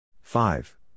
Five